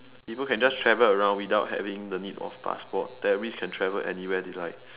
people can just travel around without having the need of passport terrorists can travel anywhere they like